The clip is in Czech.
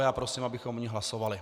Já prosím, abychom o ní hlasovali.